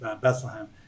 Bethlehem